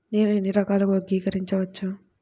నేలని ఎన్ని రకాలుగా వర్గీకరించవచ్చు?